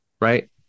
right